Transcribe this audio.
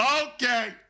Okay